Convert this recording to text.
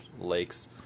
lakes